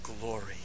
glory